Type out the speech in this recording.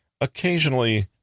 occasionally